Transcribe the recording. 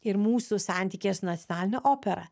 ir mūsų santykis nacionalinė opera